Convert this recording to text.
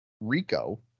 Rico